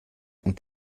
und